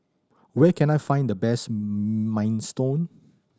where can I find the best Minestrone